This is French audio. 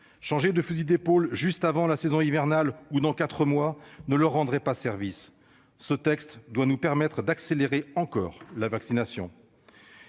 Changer notre fusil d'épaule juste avant la saison hivernale ou dans quatre mois ne leur rendrait pas service. Ce texte doit nous permettre d'accélérer encore la vaccination.